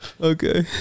Okay